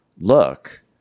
look